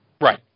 Right